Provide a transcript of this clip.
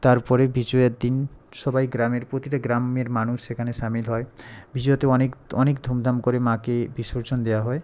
তারপরে বিজয়ার দিন সবাই গ্রামের প্রতিটা গ্রামের মানুষ সেখানে সামিল হয় বিজয়াতে অনেক অনেক ধুম ধাম করে মাকে বিসর্জন দেওয়া হয়